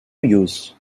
use